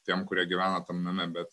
tiem kurie gyvena tam name bet